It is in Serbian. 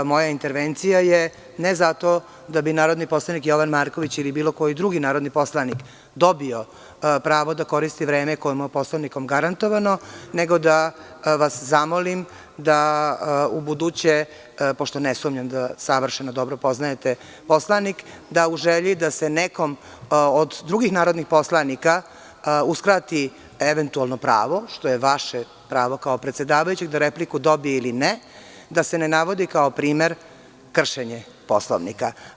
Moja intervencija je ne zato da bi narodni poslanik Jovan Marković ili bilo koji drugi narodni poslanik dobio pravo da koristi vreme koje mu je Poslovnikom garantovano, nego da vas zamolim da u buduće, pošto ne sumnjam da savršeno dobro poznajete Poslovnik, u želji da se nekom od drugih narodnih poslanika uskrati eventualno pravo, što je vaše pravo kao predsedavajućeg, da repliku dobije ili ne, da se ne navodi kao primer kršenje Poslovnika.